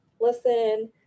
listen